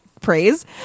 praise